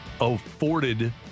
afforded